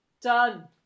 Done